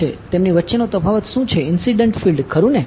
તેમની વચ્ચેનો તફાવત શું છે ઇન્સીડંટ ફિલ્ડ ખરું ને